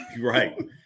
Right